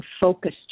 focused